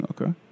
Okay